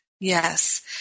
Yes